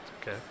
okay